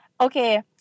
Okay